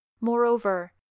moreover